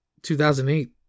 2008